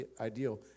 ideal